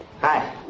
Hi